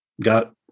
got